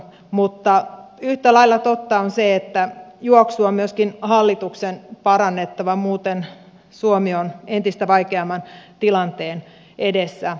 mutta yhtä lailla totta on se että juoksua on myöskin hallituksen parannettava muuten suomi on entistä vaikeamman tilanteen edessä